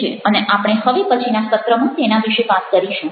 અને આપણે હવે પછીના સત્રમાં તેના વિશે વાત કરીશું